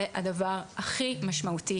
זה הדבר הכי משמעותי,